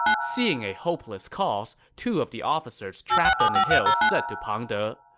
seeing a hopeless cause, two of the officers trapped on the hill said to pang de,